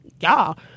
y'all